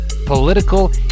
political